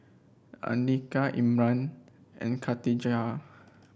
Andika Imran and Khatijah